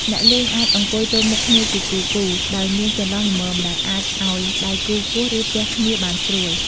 អ្នកលេងអាចអង្គុយទល់មុខគ្នាជាគូៗ ដោយមានចន្លោះល្មមដែលអាចឱ្យដៃគូគោះ ឬទះគ្នាបានស្រួល។